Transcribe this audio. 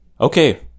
Okay